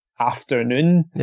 afternoon